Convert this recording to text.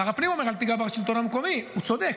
שר הפנים אומר: אל תיגע בשלטון המקומי, הוא צודק.